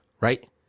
right